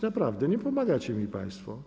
Naprawdę nie pomagacie mi państwo.